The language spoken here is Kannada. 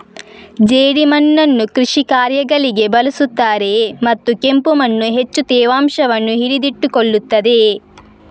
ಜೇಡಿಮಣ್ಣನ್ನು ಕೃಷಿ ಕಾರ್ಯಗಳಿಗೆ ಬಳಸುತ್ತಾರೆಯೇ ಮತ್ತು ಕೆಂಪು ಮಣ್ಣು ಹೆಚ್ಚು ತೇವಾಂಶವನ್ನು ಹಿಡಿದಿಟ್ಟುಕೊಳ್ಳುತ್ತದೆಯೇ?